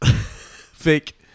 fake